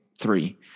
three